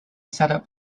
setup